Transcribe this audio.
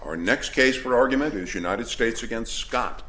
our next case for argument is united states against scott